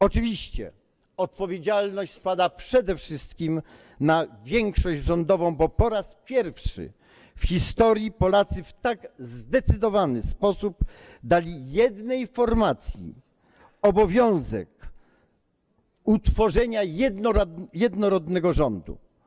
Oczywiście odpowiedzialność spada przede wszystkim na większość rządową, bo po raz pierwszy w historii Polacy w tak zdecydowany sposób dali jednej formacji obowiązek utworzenia jednorodnego rządu.